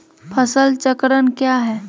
फसल चक्रण क्या है?